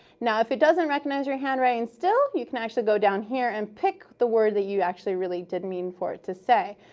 now, if it doesn't recognize your handwriting still, you can actually go down here and pick the word you actually really did mean for it to say.